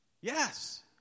Yes